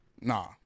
Nah